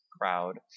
crowd